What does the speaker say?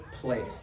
place